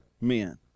men